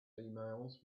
emails